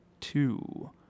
two